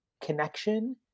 connection